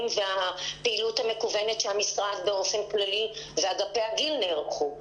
והפעילות המקוונת שהמשרד באופן כללי ואגפי הגיל נערכו.